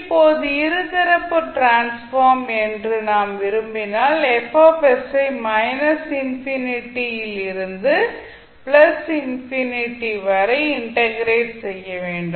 இப்போது இருதரப்பு டிரான்ஸ்ஃபார்ம் என்று நாம் விரும்பினால் F ஐ மைனஸ் இன்ஃபினிட்டி யில் இருந்து பிளஸ் இன்ஃபினிட்டி வரை இண்டெக்ரேட் செய்ய வேண்டும்